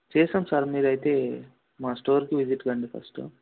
చేస్తాం సార్ మీరైతే మా స్టోర్కి విజిట్ కాండి ఫస్టు